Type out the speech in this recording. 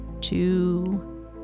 two